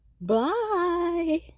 Bye